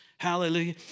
Hallelujah